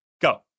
go